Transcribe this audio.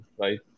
right